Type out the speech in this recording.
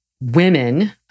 women